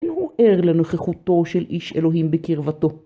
הוא ער לנוכחותו של איש אלוהים בקרבתו.